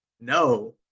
No